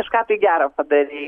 kažką tai gero padarei